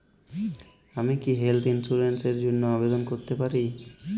আমি কি health insurance র জন্য আবেদন করতে পারি?